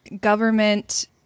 government